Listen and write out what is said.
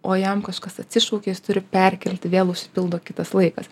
o jam kažkas atsišaukia jis turi perkelti vėl užsipildo kitas laikas